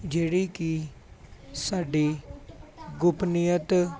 ਜਿਹੜੀ ਕਿ ਸਾਡੀ ਗੋਪਨੀਯ